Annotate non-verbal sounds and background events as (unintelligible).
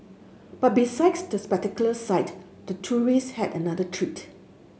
but (unintelligible) the spectacular sight the tourist had another treat